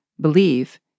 Believe